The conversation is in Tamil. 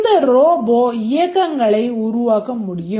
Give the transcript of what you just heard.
இந்த Robot இயக்கங்களை உருவாக்க முடியும்